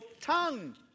tongue